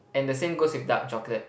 and the same goes with dark chocolate